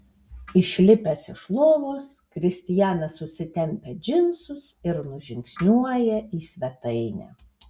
išlipęs iš lovos kristianas užsitempia džinsus ir nužingsniuoja į svetainę